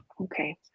Okay